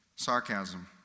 sarcasm